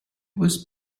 was